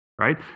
right